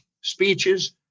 speeches